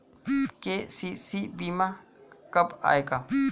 KCC बीमा कब आएगा?